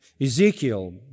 Ezekiel